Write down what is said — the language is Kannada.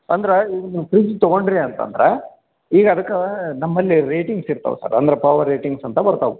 ಅಂದ್ರ ಈಗ ನೀವು ಫ್ರಿಜ್ ತಗೊಂಡ್ರಿ ಅಂತಂದ್ರ ಈಗ ಅದ್ಕಾ ನಮ್ಮಲ್ಲಿ ರೇಟಿಂಗ್ಸ್ ಇರ್ತವು ಸರ್ ಅಂದರೆ ಪವರ್ ರೇಟಿಂಗ್ಸ್ ಅಂತ ಬರ್ತವು